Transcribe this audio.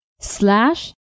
slash